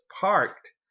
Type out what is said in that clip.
parked